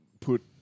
put